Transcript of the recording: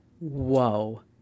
Whoa